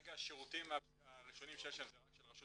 כרגע השירותים הראשונים שיש שם זה רק של רשות